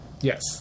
Yes